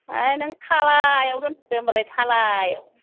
ए नों थालायाव दोनफैदो होनबालाय थालायाव